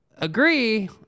Agree